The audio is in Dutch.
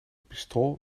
pistool